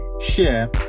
share